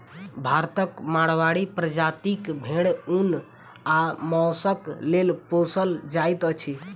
भारतक माड़वाड़ी प्रजातिक भेंड़ ऊन आ मौंसक लेल पोसल जाइत अछि